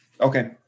okay